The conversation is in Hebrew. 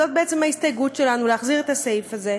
זאת בעצם ההסתייגות שלנו, להחזיר את הסעיף הזה.